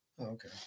Okay